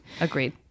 Agreed